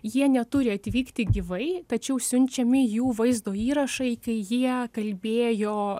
jie neturi atvykti gyvai tačiau siunčiami jų vaizdo įrašai kai jie kalbėjo